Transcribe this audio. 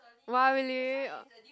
!wah! really w~